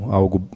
algo